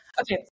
Okay